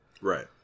Right